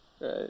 Right